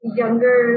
younger